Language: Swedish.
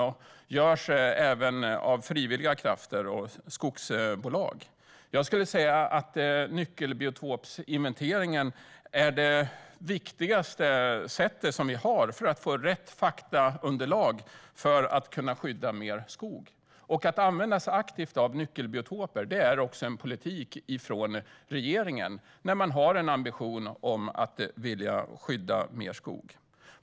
Det görs även av frivilliga krafter och av skogsbolag. Jag skulle vilja säga att nyckelbiotopsinventeringen är det viktigaste sätt vi har för att få rätt faktaunderlag för att kunna skydda mer skog. Att använda sig aktivt av nyckelbiotoper är också en politik från regeringen, som har ambitionen att skydda mer skog.